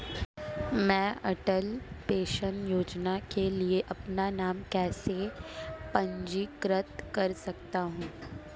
मैं अटल पेंशन योजना के लिए अपना नाम कैसे पंजीकृत कर सकता हूं?